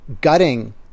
gutting